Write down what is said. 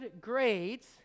grades